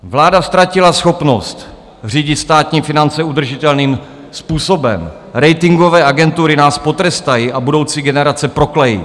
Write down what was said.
Vláda ztratila schopnost řídit státní finance udržitelným způsobem, ratingové agentury nás potrestají a budoucí generace proklejí.